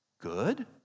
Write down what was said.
good